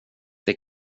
det